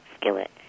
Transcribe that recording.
skillet